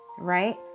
right